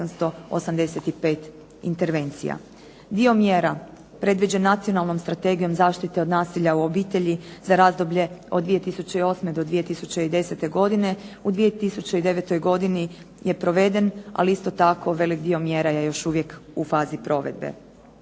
Dio mjera predviđen nacionalnom strategijom zaštite od nasilja u obitelji za razdoblje od 2008. do 2010. godine, u 2009. godini je proveden, ali isto tako velik dio mjera je još uvijek u fazi provedbe.